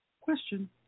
Question